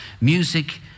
music